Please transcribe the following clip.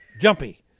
jumpy